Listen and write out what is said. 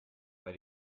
bei